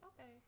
okay